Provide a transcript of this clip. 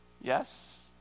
Yes